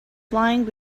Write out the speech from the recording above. flying